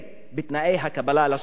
בתנאי הקבלה של סטודנטים,